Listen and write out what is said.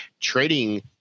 Trading